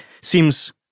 seems